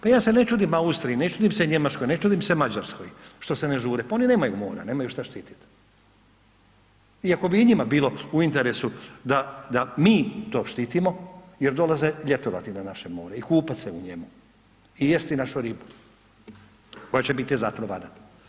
Pa ja se ne čudim Austriji, ne čudim se Njemačkoj, ne čudim se Mađarskoj što se ne žure pa oni nemaju mora, nemaju šta štititi iako bi i njima bilo u interesu da mi to štitimo jer dolaze ljetovati na naše more i kupat se u njemu i jesti našu ribu koja će biti zatrovana.